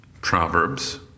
proverbs